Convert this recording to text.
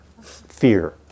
Fear